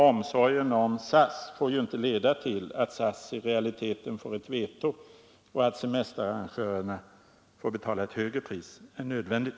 Omsorgen om SAS får inte leda till att SAS i realiteten får ett veto och att semesterarrangörerna får betala ett högre pris än nödvändigt.